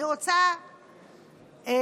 אני רוצה לשתף,